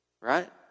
right